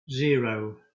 zero